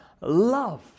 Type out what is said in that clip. love